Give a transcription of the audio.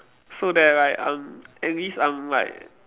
so that like um at least I'm like